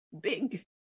big